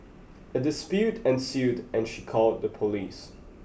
a dispute ensued and she called the police